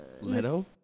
Leto